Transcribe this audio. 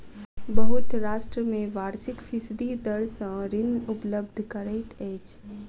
बहुत राष्ट्र में वार्षिक फीसदी दर सॅ ऋण उपलब्ध करैत अछि